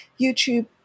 YouTube